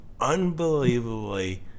unbelievably